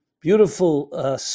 beautiful